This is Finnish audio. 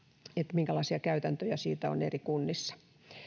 minkälaisia käytäntöjä siitä on eri kunnissa